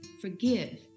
Forgive